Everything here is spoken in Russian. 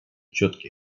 четкий